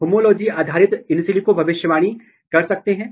ये SOC1 promoter में AGL24 के लिए पुटेटिव बाइंडिंग साइट हैं